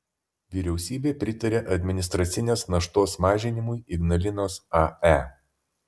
vyriausybė pritarė administracinės naštos mažinimui ignalinos ae